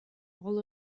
all